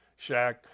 Shaq